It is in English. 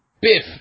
Biff